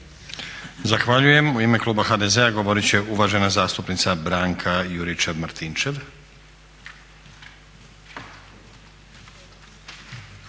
Zahvaljujem. U ime kluba HDZ-a govorit će uvažena zastupnica Branka Juričev-Martinčev.